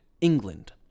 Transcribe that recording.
England